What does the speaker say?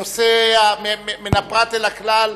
המפה השנייה היא מפת אזורי הצביעות